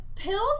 Pills